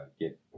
get